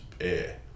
air